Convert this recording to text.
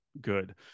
good